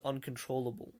uncontrollable